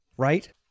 Right